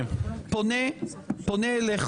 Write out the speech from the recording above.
אני פונה אליך,